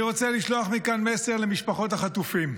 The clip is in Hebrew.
אני רוצה לשלוח מכאן מסר למשפחות החטופים: